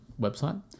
website